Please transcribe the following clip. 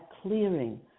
clearing